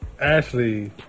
Ashley